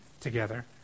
together